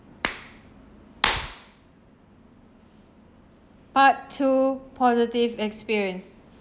part two positive experience